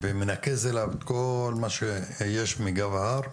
מנקז אליו את כל מה שיש מגב ההר,